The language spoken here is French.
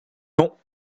non